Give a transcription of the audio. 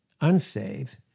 unsaved